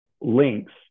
links